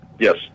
Yes